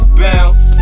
bounce